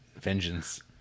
vengeance